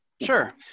Sure